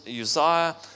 Uzziah